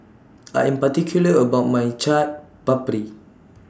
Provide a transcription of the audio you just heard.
I Am particular about My Chaat Papri